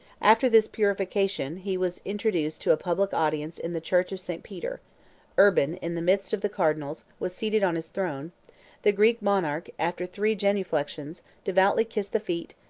after this purification, he was introduced to a public audience in the church of st. peter urban, in the midst of the cardinals, was seated on his throne the greek monarch, after three genuflections, devoutly kissed the feet,